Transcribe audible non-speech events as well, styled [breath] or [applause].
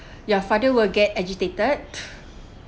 [breath] your father will get agitated